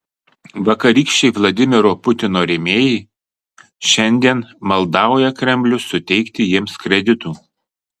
vakarykščiai vladimiro putino rėmėjai šiandien maldauja kremlių suteikti jiems kreditų